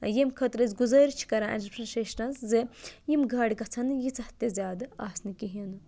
ییٚمہِ خٲطرٕ أسۍ گُزٲرِش چھِ کَران زِ یِم گاڑِ گژھَن نہٕ ییٖژاہ تہِ زیادٕ آسنہِ کِہیٖنۍ نہٕ